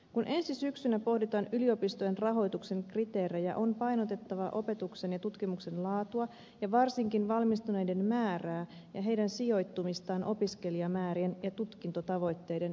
kun ensi syksynä pohditaan yliopistojen rahoituksen kriteerejä on painotettava opetuksen ja tutkimuksen laatua ja varsinkin valmistuneiden määrää ja heidän sijoittumistaan opiskelijamäärien ja tutkintotavoitteiden sijaan